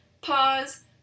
pause